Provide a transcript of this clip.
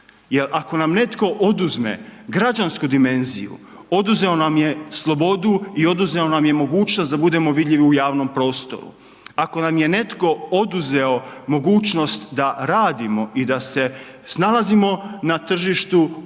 ako nam netko oduzme građansku dimenziju, oduzeo nam je slobodu i oduzeo nam je mogućnost da budemo vidljivi u javnom prostoru. Ako nam je netko oduzeo mogućnost da radimo i da se snalazimo na tržištu,